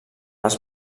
les